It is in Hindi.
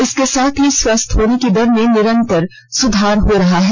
इसके साथ ही स्वस्थ होने की दर में निरंतर सुधार हो रहा है